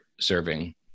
serving